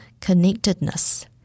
connectedness